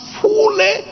fully